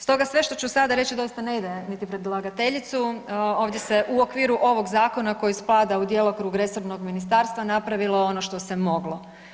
Stoga sve što ću sada reći doista ne ide niti predlagateljicu, ovdje se u okviru ovog zakona koji spada u djelokrug resornog ministarstva napravilo ono što se moglo.